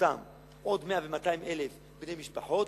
בעקבותיהם עוד 100,000 ו-200,000 בני משפחות,